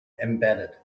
embedded